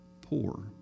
poor